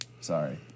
Sorry